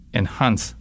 enhance